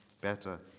better